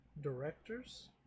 Directors